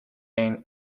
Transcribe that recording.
been